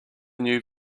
new